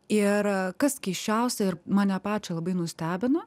ir kas keisčiausia ir mane pačią labai nustebino